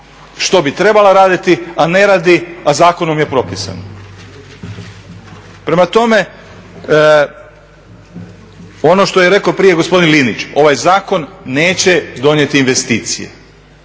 što bi trebala raditi, a ne radi, a zakonom je propisano. Prema tome, ono što je rekao prije gospodin Linić, ovaj zakon neće donijeti investicije,